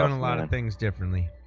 and lot of things differently